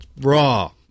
Raw